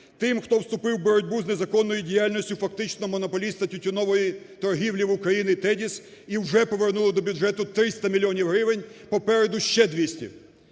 Тим, хто вступив в боротьбу з незаконною діяльністю фактично монополіста тютюнової торгівлі в Україні "TEDIS", і вже повернули до бюджету 300 мільйонів гривень, попереду ще 200.